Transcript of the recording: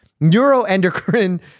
neuroendocrine